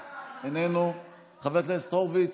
איננו, חבר הכנסת הורוביץ,